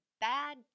bad